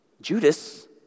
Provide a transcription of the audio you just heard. Judas